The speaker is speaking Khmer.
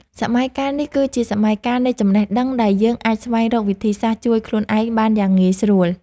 សម័យកាលនេះគឺជាសម័យកាលនៃចំណេះដឹងដែលយើងអាចស្វែងរកវិធីសាស្រ្តជួយខ្លួនឯងបានយ៉ាងងាយស្រួល។